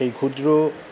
এই ক্ষুদ্র